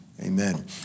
Amen